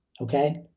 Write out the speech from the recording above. okay